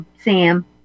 Sam